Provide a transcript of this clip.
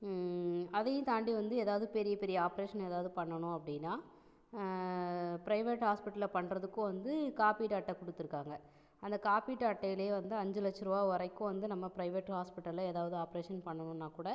அதையும் தாண்டி வந்து எதாவது பெரிய பெரிய ஆப்ரேஷன் எதாவது பண்ணணும் அப்படின்னா ப்ரைவேட் ஹாஸ்ப்பிட்டல்ல பண்ணுறத்துக்கும் வந்து காப்பீட்டு அட்டை கொடுத்துருக்காங்க அந்த காப்பீட்டு அட்டையில் வந்து அஞ்சு லட்சர் ருவா வரைக்கும் வந்து நம்ம ப்ரைவேட் ஹாஸ்ப்பிட்டலில் எதாவது ஆப்ரேஷன் பண்ணணுன்னா கூட